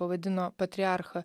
pavadino patriarchą